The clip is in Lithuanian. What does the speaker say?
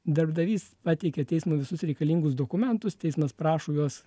darbdavys pateikia teismui visus reikalingus dokumentus teismas prašo juos